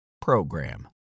program